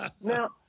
Now